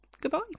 goodbye